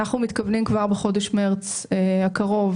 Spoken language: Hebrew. אנחנו מתכוונים כבר בחודש מארס הקרוב,